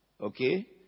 okay